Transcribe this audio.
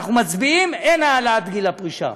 אנחנו מצביעים: אין העלאת גיל הפרישה.